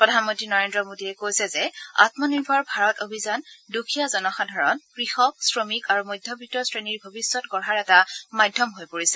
প্ৰধানমন্ত্ৰী নৰেন্দ্ৰ মোডীয়ে কৈছে যে আমনিৰ্ভৰ ভাৰত অভিযান দুখীয়া জনসাধাৰণ কৃষক শ্ৰমিক আৰু মধ্যবিত্ত শ্ৰেণীৰ ভৱিষ্যত গঢ়াৰ এটা মাধ্যম হৈ পৰিছে